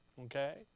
Okay